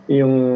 yung